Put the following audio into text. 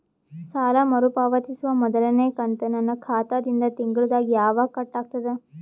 ಸಾಲಾ ಮರು ಪಾವತಿಸುವ ಮೊದಲನೇ ಕಂತ ನನ್ನ ಖಾತಾ ದಿಂದ ತಿಂಗಳದಾಗ ಯವಾಗ ಕಟ್ ಆಗತದ?